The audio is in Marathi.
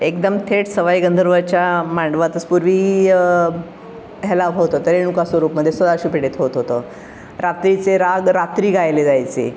एकदम थेट सवाई गंधर्वच्या मांडवातच पूर्वी ह्याला होत होतं रेणुका स्वरूपमध्ये सदाशिवपेठेत होत होतं रात्रीचे राग रात्री गायले जायचे